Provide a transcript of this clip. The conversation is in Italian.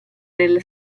nelle